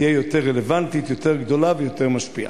תהיה יותר רלוונטית, יותר גדולה ויותר משפיעה.